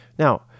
Now